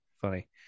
funny